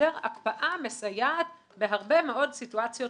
הקפאה מסייעת בהרבה מאוד סיטואציות